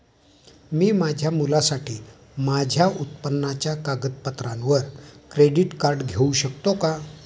मी माझ्या मुलासाठी माझ्या उत्पन्नाच्या कागदपत्रांवर क्रेडिट कार्ड घेऊ शकतो का?